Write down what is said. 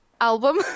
album